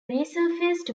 resurfaced